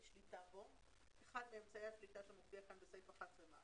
שליטה בגוף אחד מאמצעי השליטה שמופיע בסעיף (11),